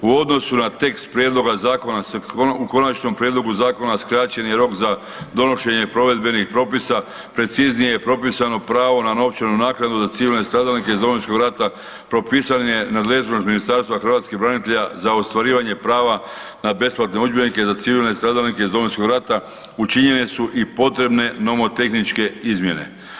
U odnosu na tekst prijedloga zakona u konačnom prijedlogu zakona skraćen je rok za donošenje provedbenih propisa, preciznije je propisano pravo na novčanu naknadu za civilne stradalnike iz Domovinskog rata, propisan je nadležnost Ministarstva hrvatskih branitelja za ostvarivanje prava na besplatne udžbenike za civilne stradalnike iz Domovinskog rata, učinjene su i potrebne nomotehničke izmjene.